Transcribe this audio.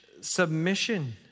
submission